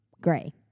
Gray